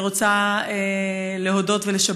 אני רוצה לשבח,